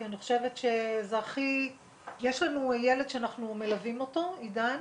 יש לנו ילד שאנחנו מלווים, עידן,